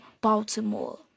Baltimore